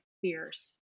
fierce